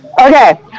Okay